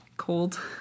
cold